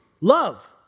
love